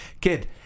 kid